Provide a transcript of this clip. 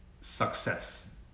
success